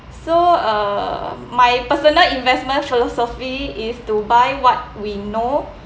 so uh my personal investment philosophy is to buy what we know